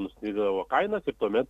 nustatydavo kainą ir tuomet